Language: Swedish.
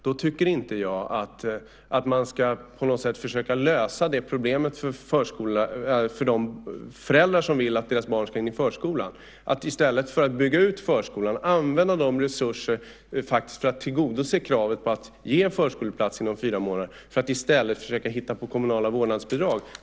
Då tycker inte jag att man ska försöka lösa problemet för de föräldrar som vill att deras barn ska in i förskolan genom att, i stället för att bygga ut förskolan, använda de resurser som finns för att tillgodose kravet på att ge en förskoleplats inom fyra månader till att hitta på kommunala vårdnadsbidrag.